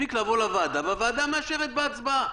מספיק לבוא לוועדה, והוועדה מאשרת בהצבעה.